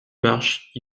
marche